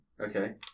okay